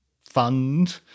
fund